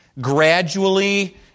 gradually